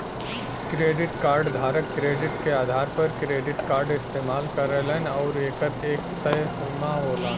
credit card धारक credit के आधार पर क्रेडिट कार्ड इस्तेमाल करलन आउर एकर एक तय सीमा होला